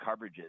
coverages